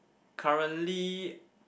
currently